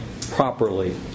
properly